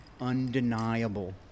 undeniable